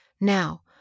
Now